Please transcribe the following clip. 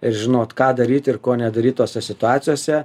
ir žinot ką daryt ir ko nedaryt tose situacijose